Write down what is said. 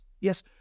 yes